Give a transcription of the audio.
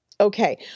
Okay